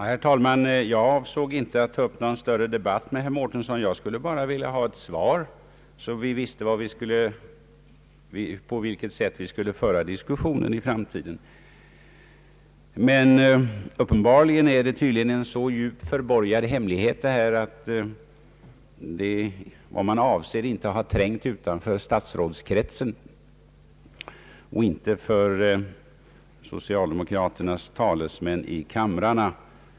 Herr talman! Jag avsåg inte att ta upp någon större debatt med herr Mårtensson. Jag skulle bara vilja ha ett svar på min fråga, så att vi vet på vilket sätt vi skall föra diskussionen i framtiden. Men uppenbarligen är detta en så djupt förborgad hemlighet att vad man avser inte har trängt utanför statsrådskretsen, inte ens till socialdemokraternas talesmän i kamrarna.